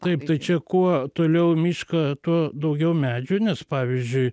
taip tai čia kuo toliau į mišką tuo daugiau medžių nes pavyzdžiui